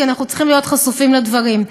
כי אנחנו צריכים להיות חשופים לדברים.